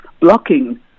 blocking